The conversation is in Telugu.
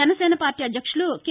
జనసేన పార్టీ అధ్యక్షులు కె